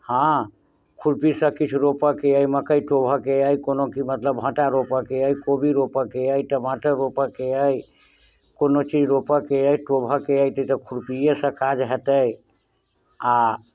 हँ खुरपीसँ किछु रोपयके अइ मकइ टोभयके अइ कोनो कि मतलब भाँटा रोपयके अइ कोबी रोपयके अइ टमाटर रोपयके अइ कोनो चीज रोपयके अइ टोभयके अइ ई तऽ खुरपीएसँ काज हेतै आ